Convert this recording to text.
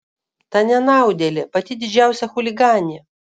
ta nenaudėlė pati didžiausia chuliganė